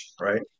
right